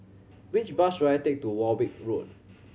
which bus should I take to Warwick Road